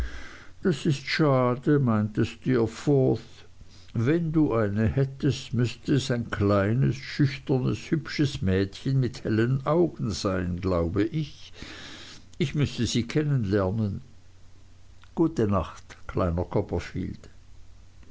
das ist schade meinte steerforth wenn du eine hättest müßte es ein kleines schüchternes hübsches mädchen mit hellen augen sein glaube ich ich müßte sie kennen lernen gute nacht kleiner copperfield